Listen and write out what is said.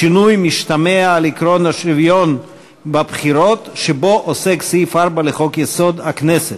שינוי משתמע על עקרון שוויון בבחירות שבו עוסק סעיף 4 לחוק-יסוד: הכנסת,